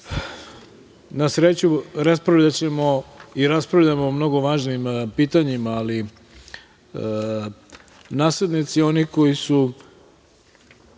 sreću raspravljaćemo i raspravljamo o mnogo važnim pitanjima, ali naslednici, oni koji su